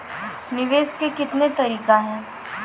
निवेश के कितने तरीका हैं?